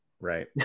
Right